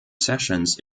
sessions